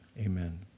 amen